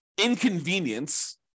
inconvenience